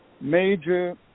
major